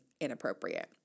inappropriate